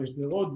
בשדרות,